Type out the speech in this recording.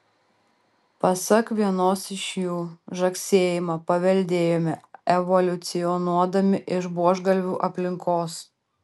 pasak vienos iš jų žagsėjimą paveldėjome evoliucionuodami iš buožgalvių aplinkos